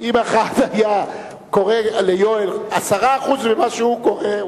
אם אחד היה קורא ליואל 10% ממה שהוא קורא,